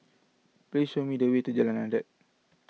please show me the way to Jalan Adat